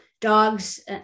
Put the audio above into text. dogs